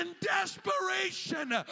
desperation